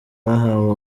bahawe